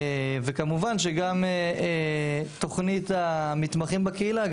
וכמובן שגם תכנית המתמחים בקהילה,